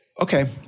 Okay